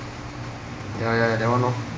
ya ya ya that one orh